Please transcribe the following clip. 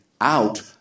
out